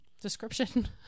description